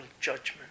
judgment